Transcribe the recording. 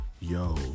yo